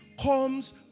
comes